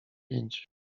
pięć